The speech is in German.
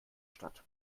statt